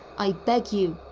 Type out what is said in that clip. i beg you,